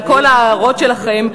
על כל ההערות שלכם,